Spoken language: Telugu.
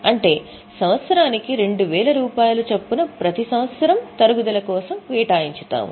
అంటే సంవత్సరానికి 2000 రూపాయలు చొప్పున ప్రతి సంవత్సరం తరుగుదల కోసం కేటాయించుతాము